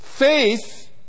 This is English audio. Faith